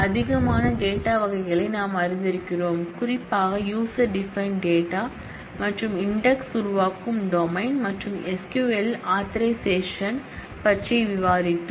அதிகமான டேட்டாவகைகளை நாம் அறிந்திருக்கிறோம் குறிப்பாக யூசர் டிபைன்ட் டேட்டா மற்றும் இன்டெக்ஸ் உருவாக்கும் டொமைன் மற்றும் SQL இல் ஆதரைசேஷன் பற்றி விவாதித்தோம்